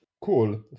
cool